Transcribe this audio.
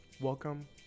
Welcome